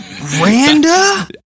randa